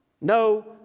No